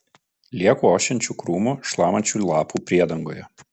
lieku ošiančių krūmų šlamančių lapų priedangoje